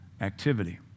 activity